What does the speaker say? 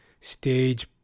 stage